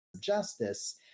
Justice